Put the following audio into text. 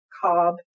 cob